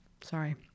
Sorry